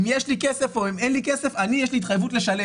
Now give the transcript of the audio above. אם יש לי כסף או אם אין לי יש כסף יש לי התחייבות לשלם.